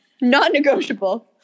Non-negotiable